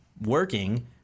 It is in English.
working